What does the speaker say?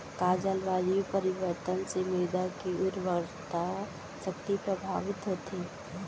का जलवायु परिवर्तन से मृदा के उर्वरकता शक्ति प्रभावित होथे?